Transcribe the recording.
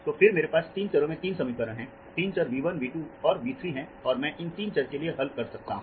तो फिर से मेरे पास तीन चरों में तीन समीकरण हैं तीन चर V1 V2 और V3 हैं और मैं इन तीन चर के लिए हल कर सकता हूं